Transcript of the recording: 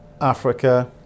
Africa